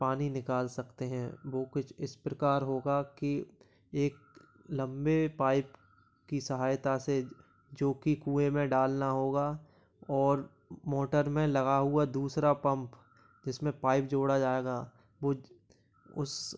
पानी निकाल सकते हैं वो कुछ इस प्रकार होगा की एक लंबे पाइप की सहायता से जो कि कुए में डालना होगा और मोटर में लगा हुआ दूसरा पम्प जिसमें पाइप जोड़ा जाएगा वो उस